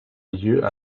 lieu